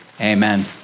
amen